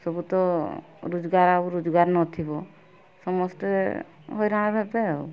ସବୁ ତ ରୋଜଗାର ରୋଜଗାର ନଥିବ ସମସ୍ତେ ହଇରାଣ ହେବେ ଆଉ